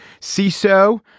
CISO